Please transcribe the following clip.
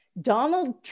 Donald